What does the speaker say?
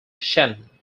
shannon